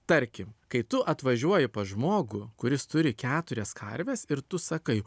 tarkim kai tu atvažiuoji pas žmogų kuris turi keturias karves ir tu sakai